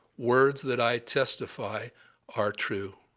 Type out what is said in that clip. words that i testify are true